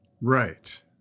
Right